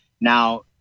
Now